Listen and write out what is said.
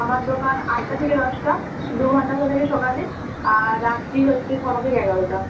আমার দোকান আটটা থেকে দশটা দুঘণ্টা খোলা থাকে সকালে আর রাত্রি হচ্ছে ছটা থেকে এগারোটা